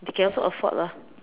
they can also afford lah